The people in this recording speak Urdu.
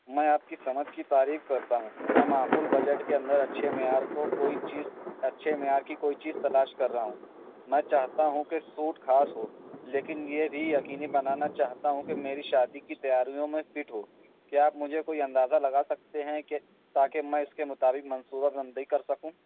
میں آپ کی سمجھ کی تعریف کرتا ہوں میں معقول بجٹ کے اندر اچھے معیار کو کوئی چیز اچھے معیار کی کوئی چیز تلاش کر رہا ہوں میں چاہتا ہوں کہ سوٹ خاص ہو لیکن یہ بھی یقینی بنانا چاہتا ہوں کہ میری شادی کی تیاریوں میں فٹ ہو کیا آپ مجھے کوئی اندازہ لگا سکتے ہیں کہ تاکہ میں اس کے مطابق منصوبہ بندی کر سکوں